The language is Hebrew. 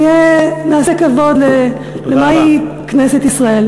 נעשה כבוד למהי כנסת ישראל.